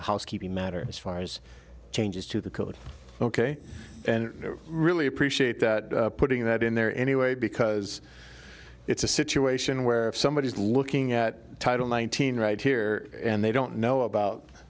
housekeeping matter as far as changes to the code ok really appreciate that putting that in there anyway because it's a situation where if somebody is looking at title nineteen right here and they don't know about